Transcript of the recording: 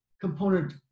component